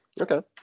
Okay